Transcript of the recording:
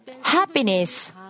happiness